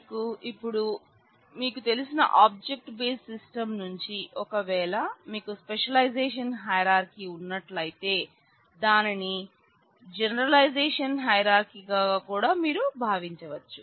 మీరు ఇప్పుడు మీకు తెలిసిన ఆబ్జెక్ట్ బేస్డ్ సిస్టమ్ గా కూడా మీరు భావించవచ్చు